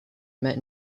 met